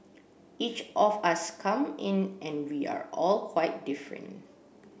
each of us come in and we are all quite different